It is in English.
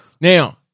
Now